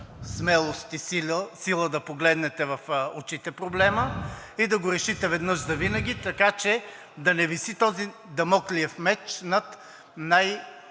смелост и сила да погледнете в очите проблема и да го решите веднъж завинаги, така че да не виси този дамоклев меч над